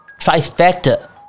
Trifecta